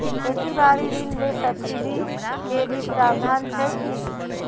खेती बारी ऋण ले सब्सिडी के भी प्रावधान छै कि?